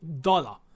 dollar